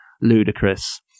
ludicrous